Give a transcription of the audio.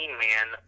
man